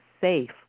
safe